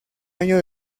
año